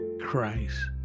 Christ